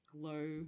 glow